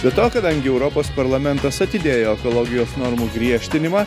be to kadangi europos parlamentas atidėjo ekologijos normų griežtinimą